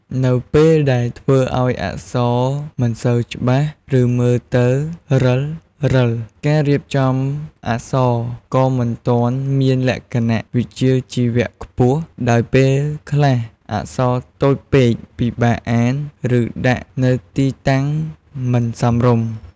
នៅពេលដែលធ្វើឱ្យអក្សរ មិនសូវច្បាស់ ឬមើលទៅរិលៗការរៀបចំអក្សរក៏មិនទាន់មានលក្ខណៈវិជ្ជាជីវៈខ្ពស់ ដោយពេលខ្លះអក្សរតូចពេក ពិបាកអាន ឬដាក់នៅទីតាំងមិនសមរម្យ ។